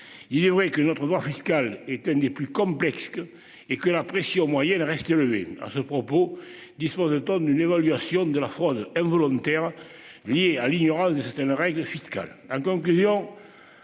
Il est vrai que notre droit fiscal est un des plus complexes qu'est que la pression moyenne reste élevé à ce propos dispose de d'une évaluation de la fraude involontaires. Liées à l'ignorance de certaines règles fiscales